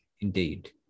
Indeed